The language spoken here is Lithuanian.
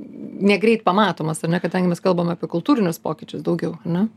negreit pamatomas ar ne kadangi mes kalbam apie kultūrinius pokyčius daugiau ar ne